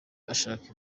ashaka